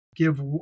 give